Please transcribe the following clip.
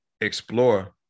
explore